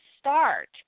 start